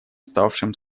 ставшим